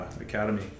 Academy